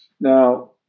Now